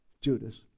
Judas